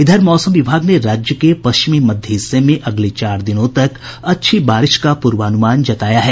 इधर मौसम विभाग ने राज्य के पश्चिमी मध्य हिस्से में अगले चार दिनों तक अच्छी बारिश का पूर्वानुमान जताया है